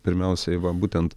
pirmiausiai va būtent